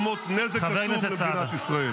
היא מרחיקה את שחרור חטופינו.